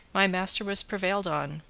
my master was prevailed on,